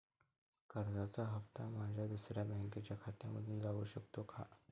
कर्जाचा हप्ता माझ्या दुसऱ्या बँकेच्या खात्यामधून जाऊ शकतो का?